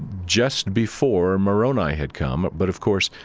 just before moroni had come, but of course,